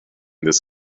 this